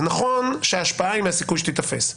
זה נכון שההשפעה היא מהסיכוי שתיתפס,